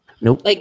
Nope